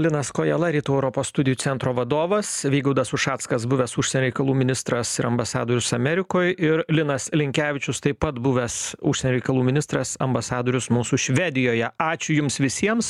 linas kojala rytų europos studijų centro vadovas vygaudas ušackas buvęs užsienio reikalų ministras ir ambasadorius amerikoj ir linas linkevičius taip pat buvęs užsienio reikalų ministras ambasadorius mūsų švedijoje ačiū jums visiems